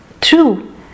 true